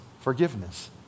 forgiveness